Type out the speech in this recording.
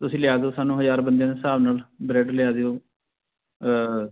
ਤੁਸੀਂ ਲਿਆ ਦਿਉ ਸਾਨੂੰ ਹਜ਼ਾਰ ਬੰਦਿਆਂ ਦੇ ਹਿਸਾਬ ਨਾਲ ਬਰੈਡ ਲਿਆ ਦਿਉ